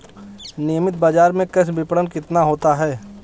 नियमित बाज़ार में कृषि विपणन कितना होता है?